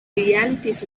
realities